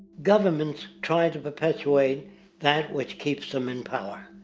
goverments try to perpetuate that which keeps them in power.